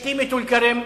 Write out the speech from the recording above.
אשתי מטול-כרם,